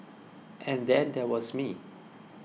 and then there was me